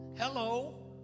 Hello